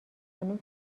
خانوم